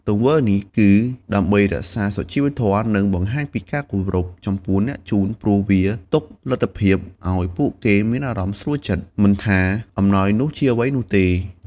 ទង្វើនេះគឺដើម្បីរក្សាសុជីវធម៌ និងបង្ហាញពីការគោរពចំពោះអ្នកជូន ព្រោះវាទុកលទ្ធភាពឲ្យពួកគេមានអារម្មណ៍ស្រួលចិត្ត មិនថាអំណោយនោះជាអ្វីនោះទេ។